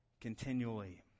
continually